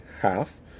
half